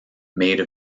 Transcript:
made